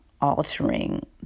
altering